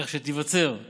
כך שייווצרו